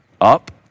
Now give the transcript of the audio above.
up